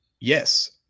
Yes